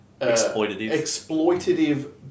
Exploitative